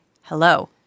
hello